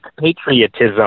patriotism